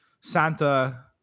santa